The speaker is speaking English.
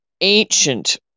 ancient